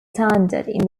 standard